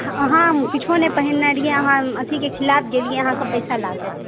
अहाँ किच्छो नहि पहिनने रहियै अहाँ अथी के खिलाफ गेलियै अहाँकेॅं पैसा लागत